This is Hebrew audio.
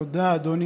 אדוני